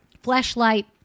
flashlight